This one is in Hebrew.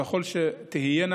ככל שתהיינה,